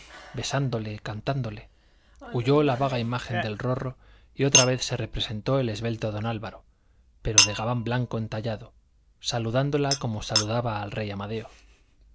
besándole cantándole huyó la vaga imagen del rorro y otra vez se presentó el esbelto don álvaro pero de gabán blanco entallado saludándola como saludaba el rey amadeo